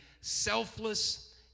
selfless